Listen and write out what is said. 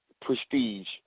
prestige